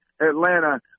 Atlanta